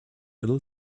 ill